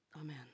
Amen